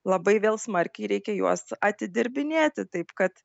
labai vėl smarkiai reikia juos atidirbinėti taip kad